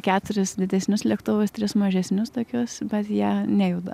keturis didesnius lėktuvus tris mažesnius tokius bet jie nejuda